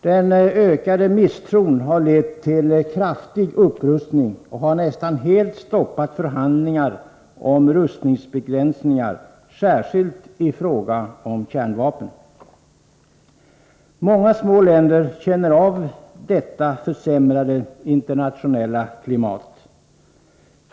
Den ökade misstron har lett till kraftig upprustning och har nästan helt stoppat förhandlingar om rustningsbegränsningar, särskilt i fråga om kärnvapen. Många små länder känner av detta försämrade internationella klimat.